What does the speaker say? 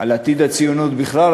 על עתיד הציונות בכלל,